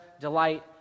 delight